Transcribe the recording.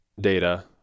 data